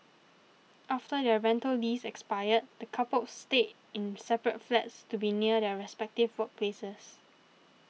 after their rental lease expired the coupled stayed in separate flats to be near their respective workplaces